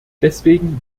deswegen